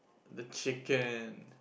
the chicken